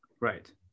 Right